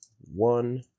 one